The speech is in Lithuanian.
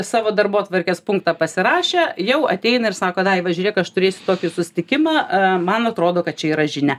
savo darbotvarkės punktą pasirašę jau ateina ir sako daiva žiūrėk aš turėsiu tokį susitikimą a man atrodo kad čia yra žinia